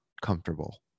comfortable